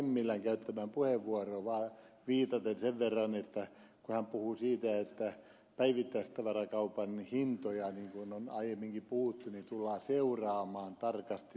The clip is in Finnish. hemmilän käyttämään puheenvuoroon viitaten sen verran kun hän puhui siitä että päivittäistavarakaupan hintoja niin kuin on aiemminkin puhuttu tullaan seuraamaan tarkasti